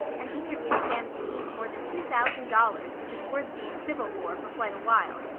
and each of you stands to lose more than two thousand dollars, which is worth being civil for, for quite a while.